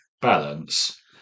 balance